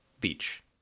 beach